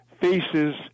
faces